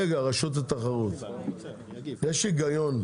רשות התחרות, יש פה היגיון.